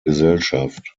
gesellschaft